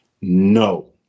No